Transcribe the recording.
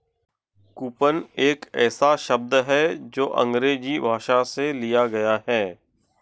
coupon एक ऐसा शब्द है जो अंग्रेजी भाषा से लिया गया है